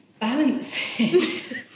balancing